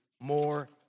more